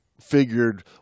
figured